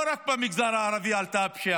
הפשיעה עלתה לא רק במגזר הערבי, הפשיעה